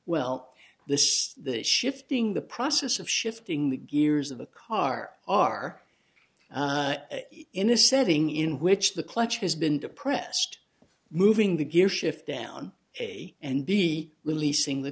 well this is shifting the process of shifting the gears of a car are in a setting in which the clutch has been depressed moving the gearshift down a and b releasing the